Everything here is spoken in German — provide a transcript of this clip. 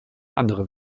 andere